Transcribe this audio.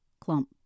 clump